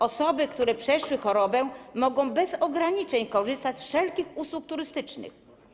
Osoby, które przeszły chorobę, mogą bez ograniczeń korzystać z wszelkich usług turystycznych.